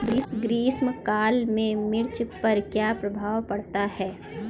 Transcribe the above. ग्रीष्म काल में मिर्च पर क्या प्रभाव पड़ता है?